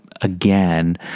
again